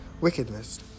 wickedness